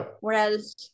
Whereas